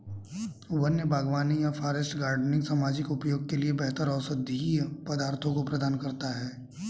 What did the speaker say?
वन्य बागवानी या फॉरेस्ट गार्डनिंग सामाजिक उपयोग के लिए बेहतर औषधीय पदार्थों को प्रदान करता है